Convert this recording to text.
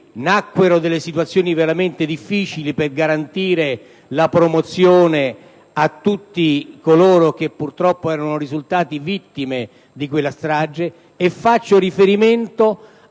che originò situazioni veramente difficili per garantire la promozione a tutti coloro che purtroppo erano risultati vittime di quella strage, e mi riferisco